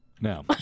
Now